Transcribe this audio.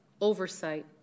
oversight